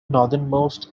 northernmost